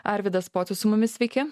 arvydas pocius su mumis sveiki